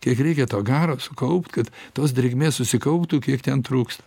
kiek reikia to garo sukaupt kad tos drėgmės susikauptų kiek ten trūksta